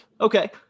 okay